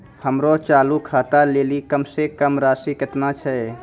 हमरो चालू खाता लेली कम से कम राशि केतना छै?